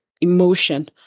emotion